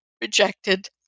rejected